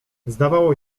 zdawało